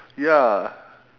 ya